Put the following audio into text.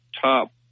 top